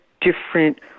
different